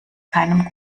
keinem